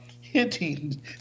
hinting